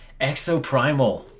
Exoprimal